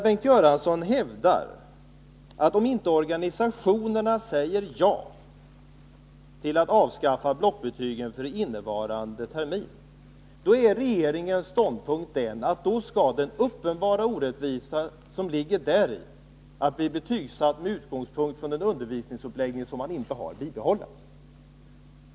Bengt Göransson hävdar att om inte organisationerna säger ja till att avskaffa blockbetygen för innevarande termin, är regeringens ståndpunkt den att då skall den uppenbara orättvisa som ligger däri att man blir betygsatt med utgångspunkt i en undervisningsuppläggning som man inte har bibehållas.